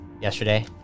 yesterday